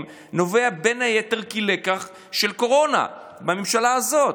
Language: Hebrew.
נובע בין היתר כלקח מהקורונה בממשלה הזאת.